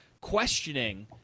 questioning